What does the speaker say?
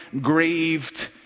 grieved